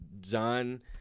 john